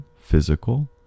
physical